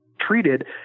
treated